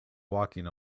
walking